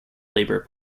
labour